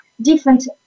different